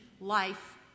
life